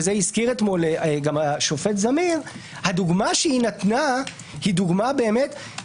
ואת זה הזכיר אתמול גם השופט זמיר הדוגמה שהיא נתנה היא מעניינת